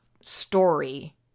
story